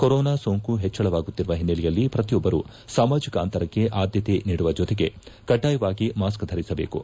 corona ಸೋಂಕು ಹೆಚ್ಚಳವಾಗುತ್ತಿರುವ ಹಿನ್ನೆಲೆಯಲ್ಲಿ ಪ್ರತಿಯೊಬ್ಬರೂ ಸಾಮಾಜಿಕ ಅಂತರಕ್ಕೆ ಆದ್ಯತೆ ನೀಡುವ ಜೊತೆಗೆ ಕಡ್ಡಾಯವಾಗಿ ಮಾಸ್ಕ್ ಧರಿಸಬೇಕು